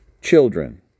Children